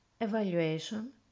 evaluation